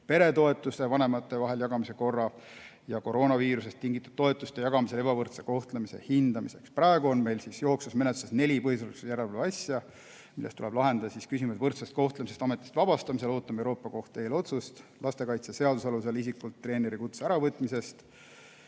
peretoetuste vanemate vahel jagamise korra ja koroonaviirusest tingitud toetuste jagamisel ebavõrdse kohtlemise hindamiseks. Praegu on meil menetluses neli põhiseaduslikkuse järelevalve asja, milles tuleb lahendada küsimus võrdsest kohtlemisest ametist vabastamisel (ootame Euroopa Kohtu eelotsust), lastekaitseseaduse alusel isikult treeneri kutse äravõtmise